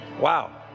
Wow